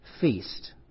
feast